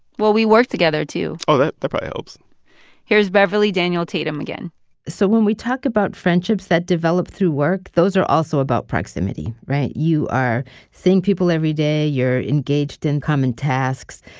well, we work together, too oh, that that probably helps here's beverly daniel tatum again so when we talk about friendships that develop through work, those are also about proximity, right? you are seeing people every day, you're engaged in common tasks.